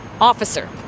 Officer